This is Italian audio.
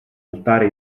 altare